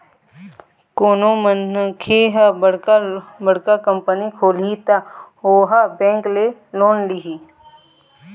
कोनो मनखे ह बड़का बड़का कंपनी खोलही त ओहा बेंक ले ही लोन लिही